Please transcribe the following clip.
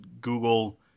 Google